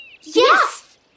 Yes